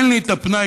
אין לי את הפנאי,